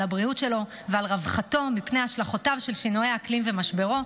על הבריאות שלו ועל רווחתו מפני השלכותיו של שינוי האקלים ומשבריו,